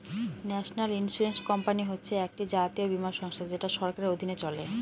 national insurance company হচ্ছে একটি জাতীয় বীমা সংস্থা যেটা সরকারের অধীনে চলে